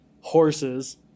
Horses